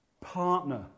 partner